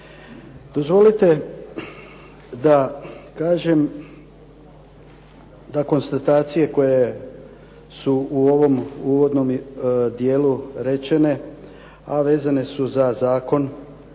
Dozvolite da kažem da konstatacije koje su u ovom uvodnom dijelu rečene a vezane su za zakon